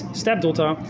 stepdaughter